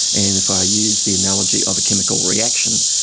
and if i use the analogy of a chemical reaction,